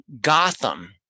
Gotham